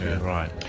right